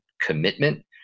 commitment